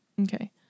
Okay